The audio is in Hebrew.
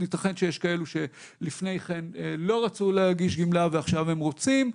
ייתכן שיש כאלה שלפני כן לא רצו להגיש גמלה ועכשיו הם רוצים,